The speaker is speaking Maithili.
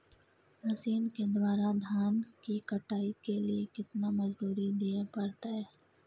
मसीन के द्वारा धान की कटाइ के लिये केतना मजदूरी दिये परतय?